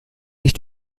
dich